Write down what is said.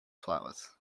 flowers